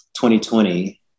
2020